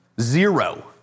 Zero